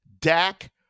Dak